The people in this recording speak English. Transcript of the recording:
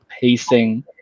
pacing